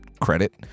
credit